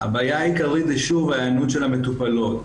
הבעיה העיקרית זה שוב ההיענות של המטופלות.